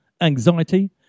anxiety